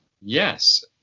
Yes